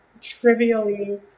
trivially